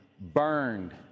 burned